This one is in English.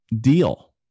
deal